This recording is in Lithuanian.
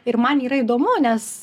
ir man yra įdomu nes